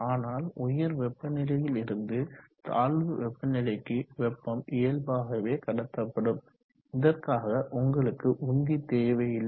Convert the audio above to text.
ஆனால் உயர் வெப்பநிலையில் இருந்து தாழ்வு வெப்பநிலைக்கு வெப்பம் இயல்பாகவே கடத்தப்படும் இதற்காக உங்களுக்கு உந்தி தேவையில்லை